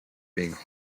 being